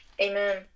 Amen